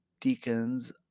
deacons